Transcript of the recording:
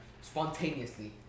spontaneously